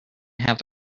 have